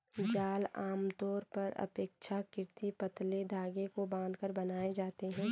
जाल आमतौर पर अपेक्षाकृत पतले धागे को बांधकर बनाए जाते हैं